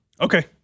Okay